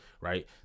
right